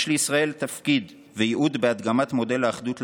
יש לישראל תפקיד וייעוד בהדגמת מודל האחדות לעולם,